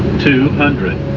two hundred